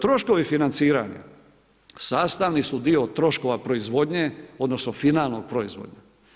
Troškovi financiranja sastavni su dio troškova proizvodnje, odnosno finalnog proizvoda.